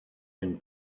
and